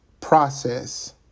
process